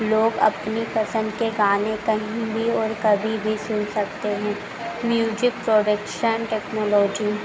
लोग अपनी पसंद के गाने कहीं भी और कभी भी सुन सकते हैं म्यूज़िक प्रोडक्शन टेक्नोलॉजी